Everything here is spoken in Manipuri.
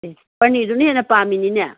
ꯑꯦ ꯄꯥꯅꯤꯔꯗꯨꯅ ꯍꯦꯟꯅ ꯄꯥꯝꯃꯤꯅꯤꯅꯦ